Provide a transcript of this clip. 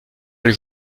elle